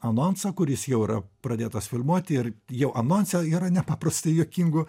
anonsą kuris jau yra pradėtas filmuoti ir jau anonse yra nepaprastai juokingų